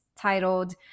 titled